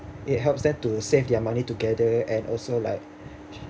it helps them to save their money together and also like